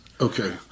Okay